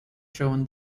shown